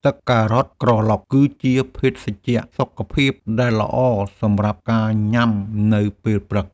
ទឹកការ៉ុតក្រឡុក គឺជាភេសជ្ជៈសុខភាពដែលល្អសម្រាប់ការញ៉ាំនៅពេលព្រឹក។